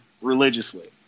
religiously